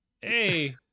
Hey